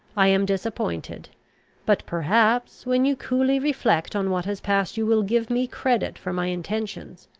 i am disappointed but, perhaps, when you coolly reflect on what has passed, you will give me credit for my intentions,